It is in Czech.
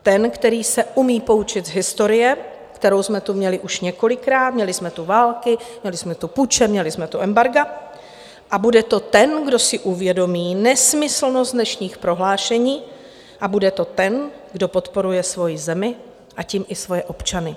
Ten, který se umí poučit z historie, kterou jsme tu měli už několikrát měli jsme tu války, měli jsme tu puče, měli jsme tu embarga a bude to ten, kdo si uvědomí nesmyslnost dnešních prohlášení, a bude to ten, kdo podporuje svoji zemi, a tím i svoje občany.